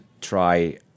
try